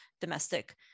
domestic